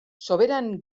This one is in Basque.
soberan